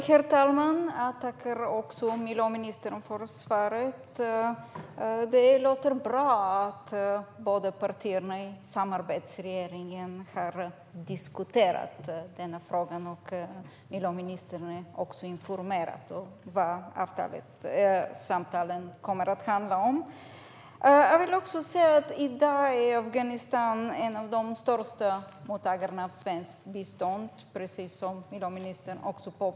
Herr talman! Jag tackar miljöministern för svaret. Det låter bra att båda partierna i samarbetsregeringen har diskuterat denna fråga och att miljöministern är informerad om vad samtalen kommer att handla om. I dag är Afghanistan en av de största mottagarna av svenskt bistånd, som miljöministern påpekade.